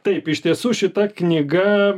taip iš tiesų šita knyga